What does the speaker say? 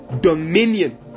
dominion